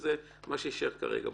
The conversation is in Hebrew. שזה מה שיישאר בחוק.